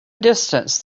distance